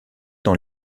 dans